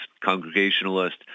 Congregationalist